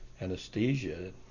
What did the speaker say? anesthesia